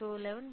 2 11